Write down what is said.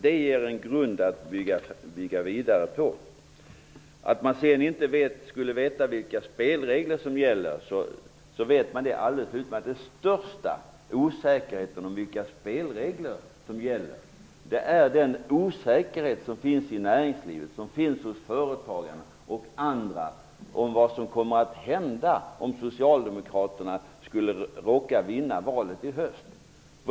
Det ger en grund att bygga vidare på. Anita Johansson säger att man inte vet vilka spelregler som gäller. Det vet man. Den största osäkerheten i fråga om vilka spelregler som skall gälla är att näringslivet och företagarna inte vet vad som kommer att hända om Socialdemokraterna skulle råka vinna valet i höst.